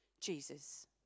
Jesus